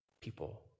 people